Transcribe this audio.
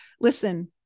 Listen